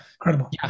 incredible